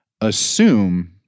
assume